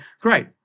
great